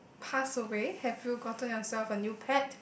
pass away have you gotten yourself a new pet